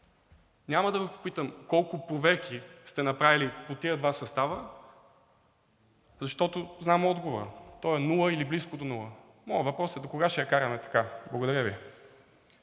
няма да Ви попитам колко проверки сте направили по тези два състава, защото знам отговора – той е нула или близко до нула, моят въпрос е докога ще я караме така? Благодаря Ви.